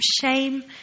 shame